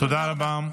תודה רבה.